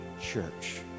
church